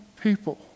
people